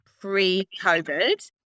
pre-COVID